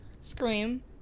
scream